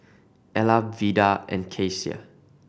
Ella Vida and Kecia